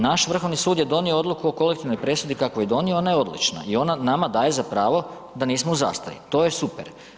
Naš Vrhovni sud je donio odluku o kolektivnoj presudi kakvu je donio, ona je odlična i ona nama daje za pravo da nismo u zastari, to je super.